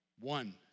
one